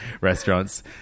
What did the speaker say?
restaurants